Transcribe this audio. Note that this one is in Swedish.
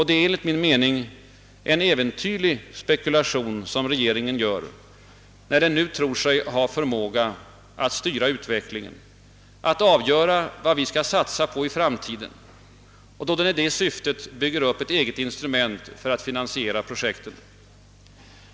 Det är enligt min mening en äventyrlig spekulation som regeringen gör, när den nu tror sig ha förmåga att styra utvecklingen, att avgöra vad vi skall satsa på i framtiden och då den i det syftet bygger upp ett eget instrument för att finansiera projekten.